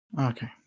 okay